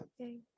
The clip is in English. Okay